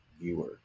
viewer